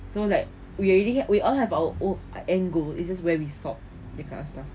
so like we already we all have our own end goal this is where we stop that kind of stuff